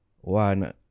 one